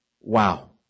wow